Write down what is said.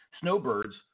snowbirds